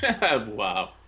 Wow